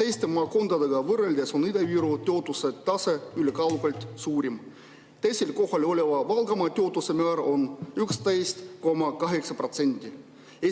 Teiste maakondadega võrreldes on Ida-Viru töötuse tase kaugelt kõrgeim: teisel kohal oleva Valgamaa töötuse määr on 11,8%,